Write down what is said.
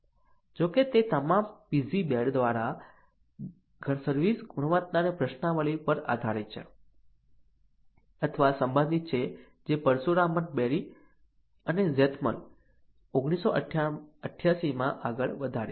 જો કે તે તમામ પીબીઝેડ દ્વારા સર્વિસ ગુણવત્તાની પ્રશ્નાવલી પર આધારિત છે અથવા સંબંધિત છે જે પરસુરામન બેરી અને ઝેથમલ 1988 માં આગળ વધારી છે